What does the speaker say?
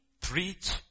preach